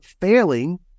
failing